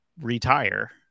retire